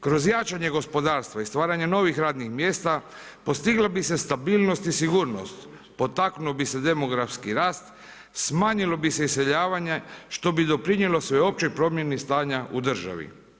Kroz jačanje gospodarstva i stvaranje novih radnih mjesta, postigla bi se stabilnost i sigurnost, potaknuo bi se demografski rast, smanjilo bi se iseljavanje što bi doprinijelo sveopćoj promjeni stanja u državi.